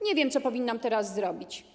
Nie wiem, co powinnam teraz zrobić.